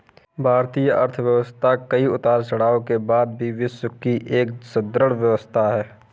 भारतीय अर्थव्यवस्था कई उतार चढ़ाव के बाद भी विश्व की एक सुदृढ़ व्यवस्था है